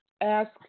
ask